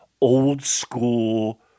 old-school